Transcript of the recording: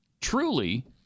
Truly